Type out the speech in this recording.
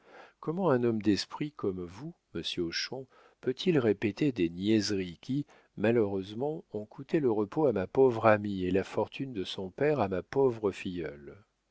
comment un homme d'esprit comme vous monsieur hochon peut-il répéter des niaiseries qui malheureusement ont coûté le repos à ma pauvre amie et la fortune de son père à ma pauvre filleule